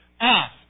Ask